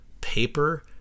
paper